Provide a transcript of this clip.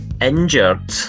injured